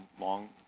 long